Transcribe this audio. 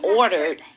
ordered